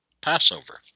passover